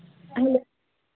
hello